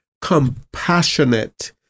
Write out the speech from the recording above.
compassionate